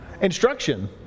Instruction